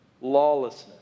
Lawlessness